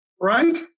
right